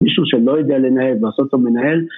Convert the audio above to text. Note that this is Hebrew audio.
מישהו שלא יודע לנהל לעשות אותו המנהל